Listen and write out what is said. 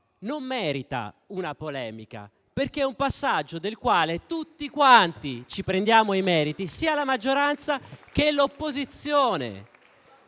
non meriti una polemica, perché è un passaggio del quale tutti quanti ci prendiamo i meriti, sia la maggioranza che l'opposizione.